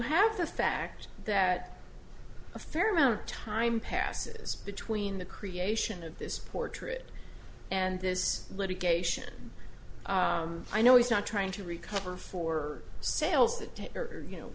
have the fact that a fair amount of time passes between the creation of this portrait and this litigation i know he's not trying to recover for sales to take over you know